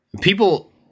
people